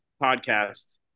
podcast